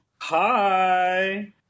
Hi